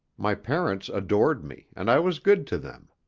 my parents adored me, and i was good to them.